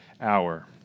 hour